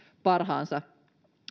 parhaansa